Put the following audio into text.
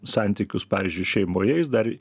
santykius pavyzdžiui šeimoje jis dar